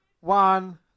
One